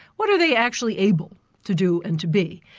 what are they actually able to do and to be?